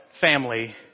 family